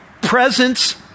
Presence